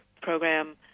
program